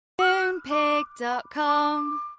Moonpig.com